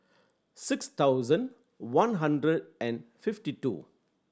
six thousand one hundred and fifty two